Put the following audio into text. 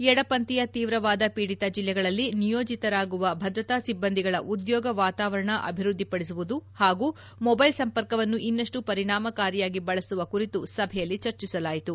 ಎಡಪಂಥೀಯ ತೀವ್ರವಾದ ಪೀಡಿತ ಜೆಲ್ಲೆಗಳಲ್ಲಿ ನಿಯೋಜಿತರಾಗುವ ಭದ್ರತಾ ಸಿಬ್ಬಂದಿಗಳ ಉದ್ಯೋಗ ವಾತಾವರಣ ಅಭಿವೃದ್ದಿಪಡಿಸುವುದು ಹಾಗೂ ಮೊಬೈಲ್ ಸಂಪರ್ಕವನ್ನು ಇನ್ನಷ್ಟು ಪರಿಣಾಮಕಾರಿಯಾಗಿ ಬಳಸುವ ಕುರಿತು ಸಭೆಯಲ್ಲಿ ಚರ್ಚಿಸಲಾಯಿತು